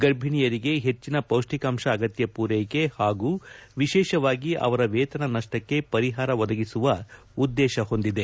ಗರ್ಭಣಿಯರಿಗೆ ಹೆಚ್ಚಿನ ಪೌಷ್ಟಿಕಾಂಶ ಅಗತ್ಯ ಪೂರ್ನೆಕೆ ಹಾಗು ವಿಶೇಷವಾಗಿ ಅವರ ವೇತನ ನಪ್ಪಕ್ಷೆ ಪರಿಹಾರ ಒದಗಿಸುವ ಉದ್ದೇಶ ಹೊಂದಿದೆ